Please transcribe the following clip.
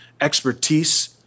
expertise